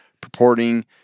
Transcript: purporting